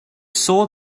saw